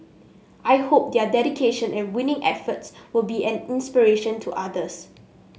I hope their dedication and winning efforts will be an inspiration to others